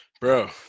Bro